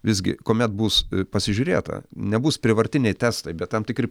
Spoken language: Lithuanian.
visgi kuomet bus pasižiūrėta nebus prievartiniai testai bet tam tikri